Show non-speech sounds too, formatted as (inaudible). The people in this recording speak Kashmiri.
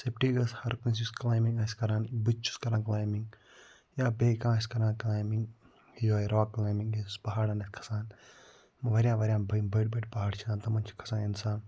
سیفٹی گٔژھ ہَر کٲنٛسہِ یُس کٕلایمبِنٛگ آسہِ کران بہٕ تہِ چھُس کران کٕلایمبِنٛگ یا بیٚیہِ کانٛہہ آسہِ کران کٕلایمبِنٛگ یِہوٚے راک کٕلایمبِنٛگ یُس پہاڑَن آسہِ کھَسان واریاہ واریاہ یِم (unintelligible) بٔڑ پہاڑ چھِ آسان تِمَن چھِ کھَسان اِنسان